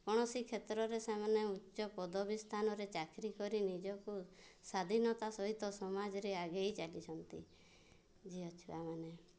କୌଣସି କ୍ଷେତ୍ରରେ ସେମାନେ ଉଚ୍ଚପଦବୀ ସ୍ଥାନରେ ଚାକିରି କରି ନିଜକୁ ସ୍ୱାଧୀନତା ସହିତ ସମାଜରେ ଆଗେଇ ଚାଲିଛନ୍ତି ଝିଅ ଛୁଆମାନେ